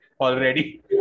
already